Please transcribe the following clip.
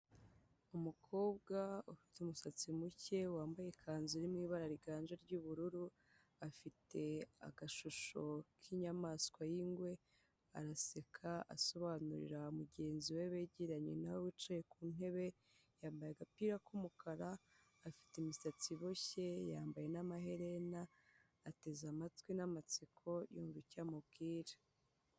Umukobwa ufite umusatsi muke wambaye ikanzu irimo ibara riganje ry'ubururu, afite agashusho k'inyamaswa y'ingwe, araseka asobanurira mugenzi we begeranye nawe wicaye ku ntebe, yambaye agapira k'umukara, afite imisatsi iboshye, yambaye n'amaherena, ateze amatwi n'amatsiko yumva icyo amubwira.